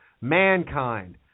Mankind